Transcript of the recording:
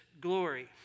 glory